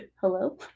Hello